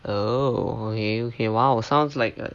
oh okay okay !wow! sounds like a